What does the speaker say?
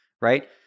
right